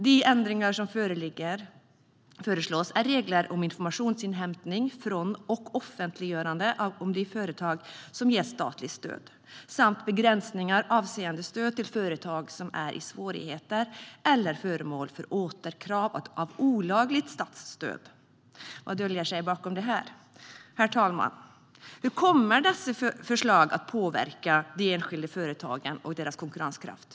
De ändringar som föreslås är regler om informationsinhämtning från och offentliggörande av de företag som ges statligt stöd samt begränsningar avseende stöd till företag som är i svårigheter eller föremål för återkrav av olagligt statsstöd. Vad döljer sig bakom detta? Herr talman! Hur kommer dessa förslag att påverka de enskilda företagen och deras konkurrenskraft?